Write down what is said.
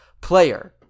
player